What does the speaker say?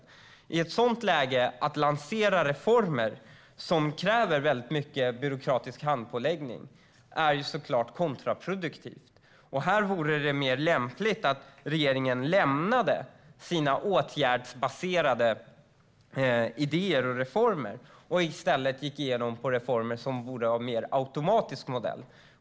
Att i ett sådant läge lansera reformer som kräver mycket byråkratisk handpåläggning är såklart kontraproduktivt. Här vore det lämpligt att regeringen lämnade sina åtgärdsbaserade idéer och reformer och i stället gick in på reformer av mer automatisk modell.